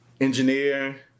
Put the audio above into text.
engineer